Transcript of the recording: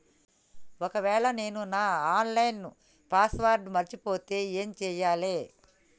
ఒకవేళ నేను నా ఆన్ లైన్ పాస్వర్డ్ మర్చిపోతే ఏం చేయాలే?